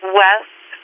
west